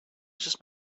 just